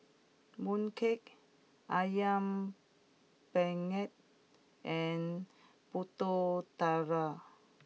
Mooncake Ayam Panggang and Pulut Tatal